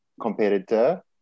competitor